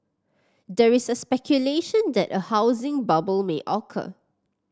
there's a speculation that a housing bubble may occur